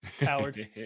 Howard